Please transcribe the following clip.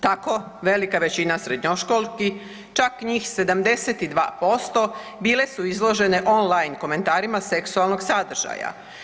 Tako velika većina srednjoškolki, čak njih 72% bile su izložene on line komentarima seksualnog sadržaja.